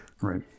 Right